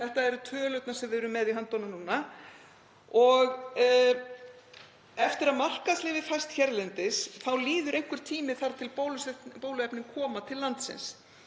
Þetta eru tölurnar sem við erum með í höndunum núna. Eftir að markaðsleyfi fæst hérlendis líður einhver tími þar til bóluefnin koma til landsins,